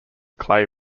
clay